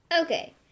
Okay